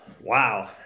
wow